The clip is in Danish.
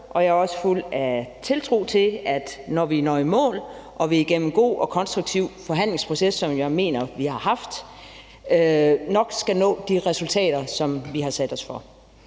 og jeg er også fuld af tiltro til, at vi, når vi igennem en god og konstruktiv forhandlingsproces, som jeg jo mener at vi har haft, når i mål, nok skal nå de resultater, som vi har sat os for.